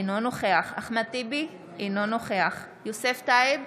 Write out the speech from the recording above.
אינו נוכח אחמד טיבי, אינו נוכח יוסף טייב,